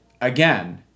again